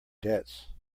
debts